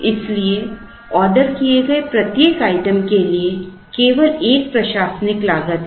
इसलिए ऑर्डर किए गए प्रत्येक आइटम के लिए केवल एक प्रशासनिक लागत है